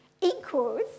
equals